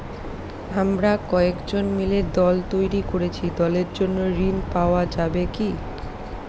আমরা কয়েকজন মিলে দল তৈরি করেছি দলের জন্য ঋণ পাওয়া যাবে কি?